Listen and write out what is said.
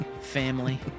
Family